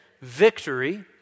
victory